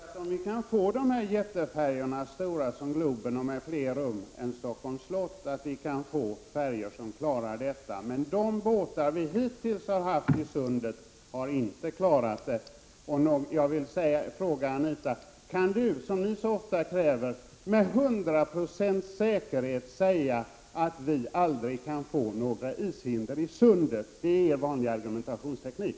Herr talman! Det är möjligt att vi med jättefärjor stora som Globen och med fler rum än Stockholms slott kan klara detta, men de båtar som vi hittills har haft i sundet har inte klarat det. Jag vill fråga Anita Stenberg om hon, som ni så ofta kräver, med 100 960 säkerhet kan säga att vi aldrig kan få några ishinder i sundet? Det är vanlig argumentationsteknik.